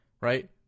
right